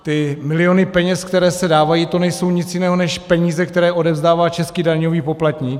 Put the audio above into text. Ty miliony peněz, které se dávají, to nejsou nic jiného než peníze, které odevzdává český daňový poplatník.